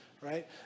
right